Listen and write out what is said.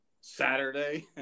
Saturday